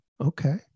okay